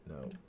No